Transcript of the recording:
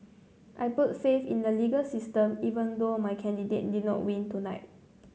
I put faith in the legal system even though my candidate did not win tonight